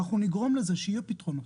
אנחנו נגרום לזה שיהיו פתרונות.